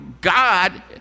God